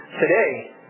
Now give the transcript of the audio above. today